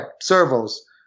servos